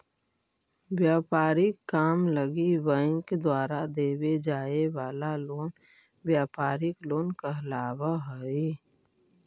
व्यापारिक काम लगी बैंक द्वारा देवे जाए वाला लोन व्यापारिक लोन कहलावऽ हइ